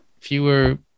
fewer